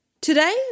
Today